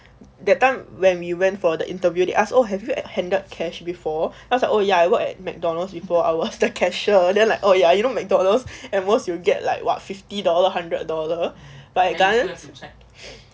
that time when we went for the interview they ask oh have you had handed cash before us uh oh ya I work at mcdonald's before I was the cashier then like oh ya you know mcdonald's at most you'll get like what fifty dollar hundred dollar but at gardens